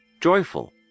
joyful